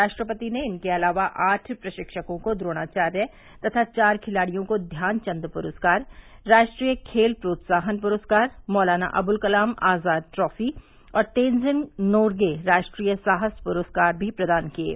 राष्ट्रपति ने इनके अलावा आठ प्ररिक्षकों को प्रोणाचार्य तथा चार खिलाड़ियों को ध्यानचंद पुरस्कार राष्ट्रीय खेल प्रोत्साहन पुरस्कार मौलाना अबुल कलाम आजाद ट्रॉफी और तेनजिंग नोर्गे राष्ट्रीय साहस पुरस्कार भी प्रदान किये